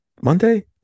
Monday